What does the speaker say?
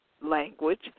language